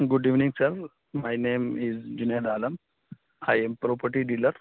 good evening sir my name is Junaid Alam I am property dealer